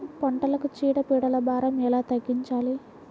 పంటలకు చీడ పీడల భారం ఎలా తగ్గించాలి?